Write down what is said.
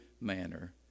manner